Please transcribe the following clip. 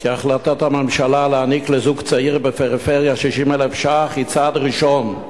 כי החלטת הממשלה להעניק לזוג צעיר בפריפריה 60,000 שקל היא צעד ראשון,